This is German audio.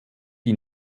die